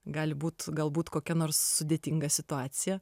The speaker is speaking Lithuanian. gali būt galbūt kokia nors sudėtinga situacija